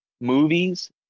movies